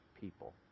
people